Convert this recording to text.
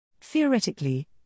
Theoretically